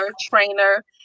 trainer